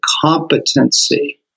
competency